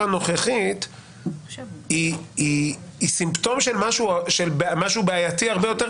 הנוכחית היא סימפטום של משהו בעייתי הרבה יותר,